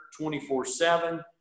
24/7